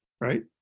right